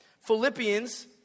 Philippians